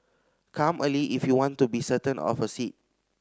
come early if you want to be certain of a seat